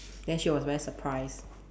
then she was very surprised